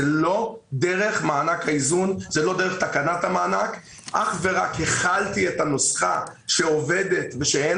זה לא דרך תקנת המענק אלא אך ורק החלתי את הנוסחה שעובדת ושאין